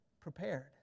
prepared